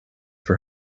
for